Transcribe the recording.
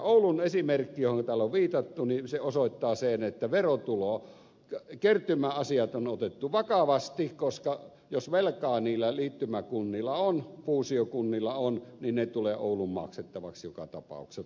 oulun esimerkki johonka täällä on viitattu osoittaa sen että verotulokertymäasiat on otettu vakavasti koska jos velkaa niillä liittymäkunnilla fuusiokunnilla on niin se tulee oulun maksettavaksi joka tapauksessa